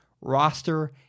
roster